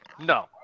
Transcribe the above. No